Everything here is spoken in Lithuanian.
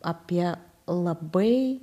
apie labai